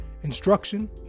instruction